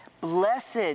Blessed